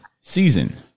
season